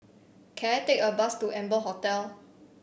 can I take a bus to Amber Hotel